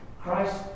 Christ